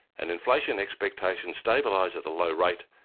and inflation expectations stabilise at a low rate,